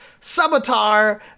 Subatar